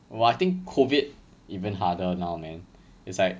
oh I think COVID even harder now man it's like